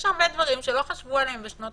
יש הרבה דברים שלא חשבו עליהם בשנות